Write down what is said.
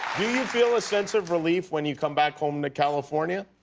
do you feel a sense of relief when you come back home to california?